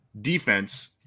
defense